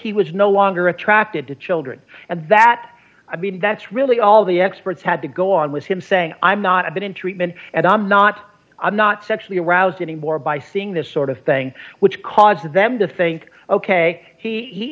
was no longer attracted to children and that i mean that's really all the experts had to go on was him saying i'm not i've been in treatment and i'm not i'm not sexually aroused anymore by seeing this sort of thing which causes them to think ok he